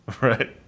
Right